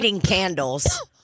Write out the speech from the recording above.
candles